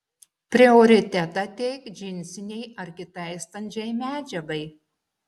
prioritetą teik džinsinei ar kitai standžiai medžiagai